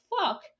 fuck